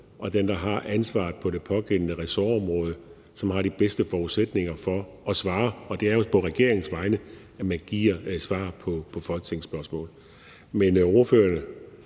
er den, der har ansvaret på det pågældende ressortområde, som har de bedste forudsætninger for at svare. Og det er jo på regeringens vegne, at man giver svar på Folketingets spørgsmål. Men spørgeren er